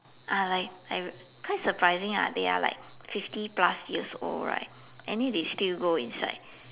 ah like like quite surprising lah they are like fifty plus years old right and then they still go inside